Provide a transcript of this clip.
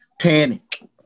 Panic